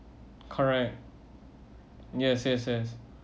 correct yes yes yes